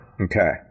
Okay